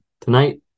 Tonight